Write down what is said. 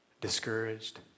Discouraged